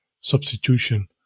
substitution